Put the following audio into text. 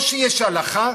או שיש הלכה